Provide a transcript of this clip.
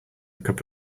cup